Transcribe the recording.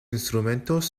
instrumentos